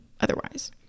otherwise